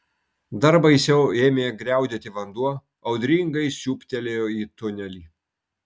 dar baisiau ėmė griaudėti vanduo audringai siūbtelėjo į tunelį